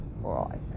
right